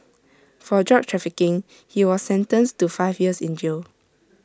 for drug trafficking he was sentenced to five years in jail